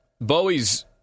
Bowie's